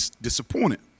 disappointed